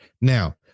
Now